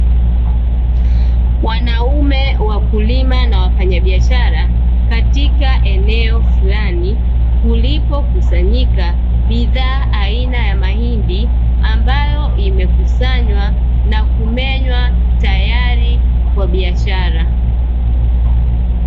Wanaume wakulima na wafanyabiashara katika eneo fulani kulipokusanyika bidhaa aina ya mahindi, ambayo imekusanywa na kumenywa tayari kwa biashara.